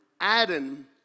Adam